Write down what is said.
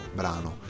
brano